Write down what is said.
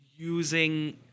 using